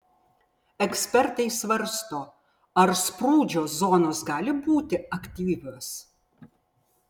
ekspertai svarsto ar sprūdžio zonos gali būti aktyvios